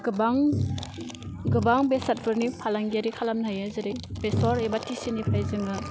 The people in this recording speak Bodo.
गोबां गोबां बेसादफोरनि फालांगियारि खालामनो हायो जेरै बेसर एबा थिसिनिफ्राय जोङो